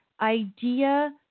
idea